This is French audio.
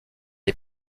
est